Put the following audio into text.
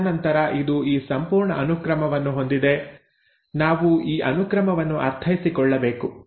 ತದನಂತರ ಇದು ಈ ಸಂಪೂರ್ಣ ಅನುಕ್ರಮವನ್ನು ಹೊಂದಿದೆ ನಾವು ಈ ಅನುಕ್ರಮವನ್ನು ಅರ್ಥೈಸಿಕೊಳ್ಳಬೇಕು